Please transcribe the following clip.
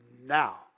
Now